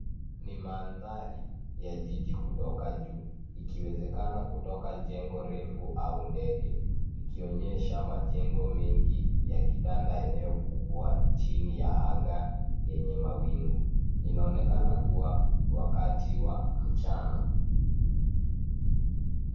Ni mandhari ya jiji kutoka juu ikiwezekana kutoka jengo refu au ndege ikionyesha majengo mengi yakitanda eneo kubwa chini ya anga yenye mawingu. Inaonekana kuwa wakati wa mchana.